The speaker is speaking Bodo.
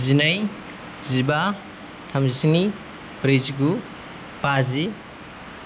जिनै जिबा थामजिस्नि ब्रैजिगु बाजि